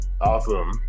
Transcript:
Awesome